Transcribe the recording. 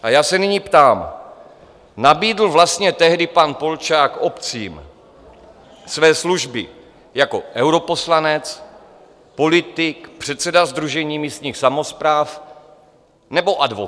A já se nyní ptám: Nabídl vlastně tehdy pan Polčák obcím své služby jako europoslanec, politik, předseda Sdružení místních samospráv, nebo advokát?